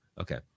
Okay